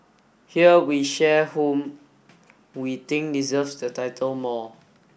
here we share whom we think deserves the title more